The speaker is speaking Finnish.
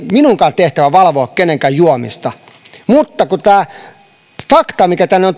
minunkaan tehtäväni valvoa kenenkään juomista mutta tämä fakta mikä tänne kirjaan on